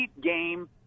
game